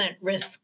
risk